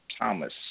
Thomas